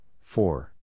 four